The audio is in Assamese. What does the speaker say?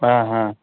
অঁ হা